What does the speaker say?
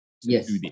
Yes